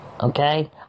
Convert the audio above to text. Okay